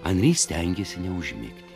anry stengėsi neužmigti